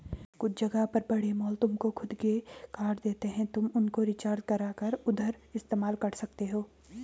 कुछ जगह पर बड़े मॉल तुमको खुद के कार्ड देते हैं तुम उनको रिचार्ज करा कर उधर इस्तेमाल कर सकते हो